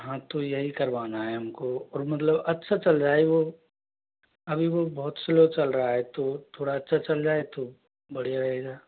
हाँ तो यही करवाना है हमको और मतलब अच्छा चल जाए वो अभी वो बहुत स्लो चल रहा है तो थोड़ा अच्छा चल जाए तो बढ़िया रहेगा